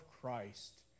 Christ